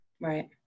right